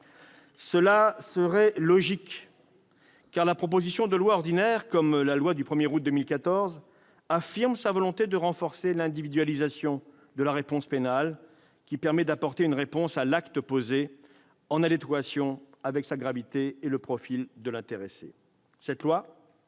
Cela serait logique, car la proposition de loi ordinaire, comme la loi du 1 août 2014, affirme notre volonté de renforcer l'individualisation de la réponse pénale, qui permet d'apporter une réponse à l'acte posé en adéquation avec sa gravité et avec le profil de l'intéressé. Cette loi,